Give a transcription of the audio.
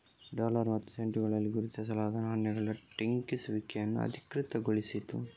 dollar ಮತ್ತು ಸೆಂಟುಗಳಲ್ಲಿ ಗುರುತಿಸಲಾದ ನಾಣ್ಯಗಳ ಟಂಕಿಸುವಿಕೆಯನ್ನು ಅಧಿಕೃತಗೊಳಿಸಿತು